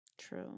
True